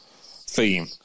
theme